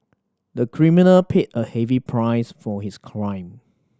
the criminal paid a heavy price for his crime